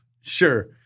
Sure